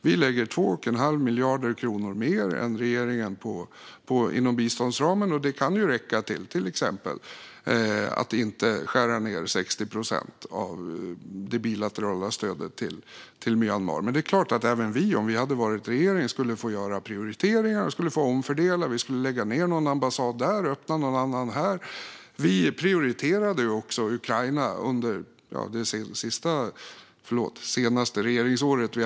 Vi lägger 2 1⁄2 miljard kronor mer än regeringen inom biståndsramen, och det kan till exempel räcka till att inte skära bort 60 procent av det bilaterala stödet till Myanmar. Men det är klart att även vi om vi hade varit i regering skulle ha fått göra prioriteringar och omfördela. Vi skulle lägga ned någon ambassad där och öppna en annan här. Vi socialdemokrater prioriterade också Ukraina under vårt senaste regeringsår.